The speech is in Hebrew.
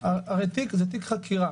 הרי תיק זה תיק חקירה.